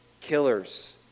killers